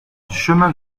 chemin